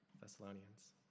Thessalonians